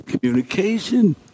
communication